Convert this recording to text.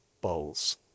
bowls